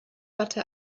watte